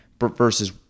versus